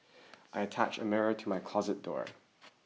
I attached a mirror to my closet door